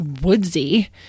woodsy